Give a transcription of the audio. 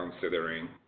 considering